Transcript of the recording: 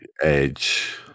Edge